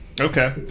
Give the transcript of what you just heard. Okay